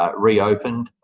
ah reopened,